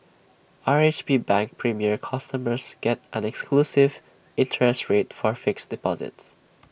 R H B bank premier customers get an exclusive interest rate for fixed deposits